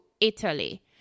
Italy